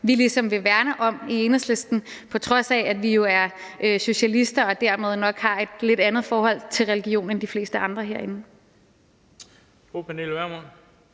vi ligesom vil værne om i Enhedslisten, på trods af at vi jo er socialister og dermed nok har et lidt andet forhold til religion end de fleste andre herinde.